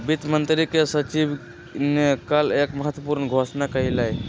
वित्त मंत्री के सचिव ने कल एक महत्वपूर्ण घोषणा कइलय